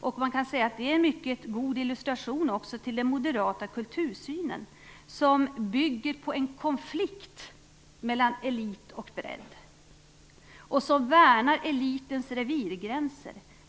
Man kan också säga att det är en mycket god illustration till den moderata kultursynen, som bygger på en konflikt mellan elit och bredd och som värnar elitens revirgränser.